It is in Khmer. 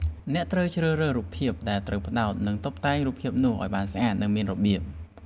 អ្នកត្រូវជ្រើសរើសរូបភាពដែលត្រូវផ្តោតនិងតុបតែងរូបភាពនោះ ឱ្យបានស្អាត និងមានរបៀប។